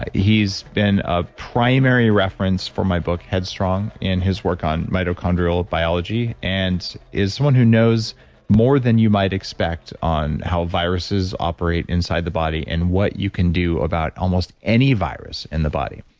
ah he's been a primary reference for my book, headstrong, in his work on mitochondrial biology, and is someone who knows more than you might expect on how viruses operate inside the body and what you can do about almost any virus in the body.